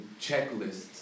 checklists